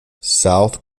south